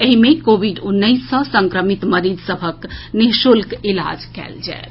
एहि मे कोविड उन्नैस सँ संक्रमित मरीज सभक निःशुल्क इलाज कएल जाएत